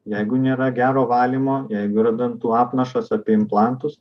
jeigu nėra gero valymo jeigu yra dantų apnašos apie implantus